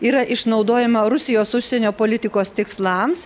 yra išnaudojama rusijos užsienio politikos tikslams